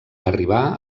arribar